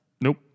Nope